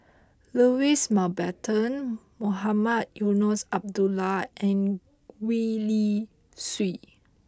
Louis Mountbatten Mohamed Eunos Abdullah and Gwee Li Sui